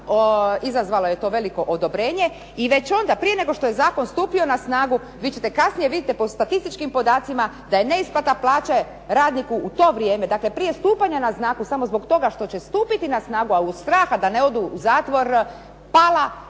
izazvalo je to veliko odobrenje i već onda prije nego što je zakon stupio na snagu vidjet ćete kasnije, vidite po statističkim podacima, da je neisplata plaće radniku u to vrijeme, dakle prije stupanja na snagu samo zbog toga što će stupiti na snagu, a od straha da ne odu u zatvor, pao